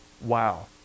wow